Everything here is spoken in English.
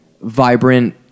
vibrant